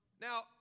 Now